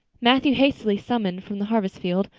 matthew, hastily summoned from the harvest field,